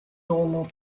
normal